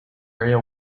area